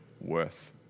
worth